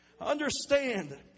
Understand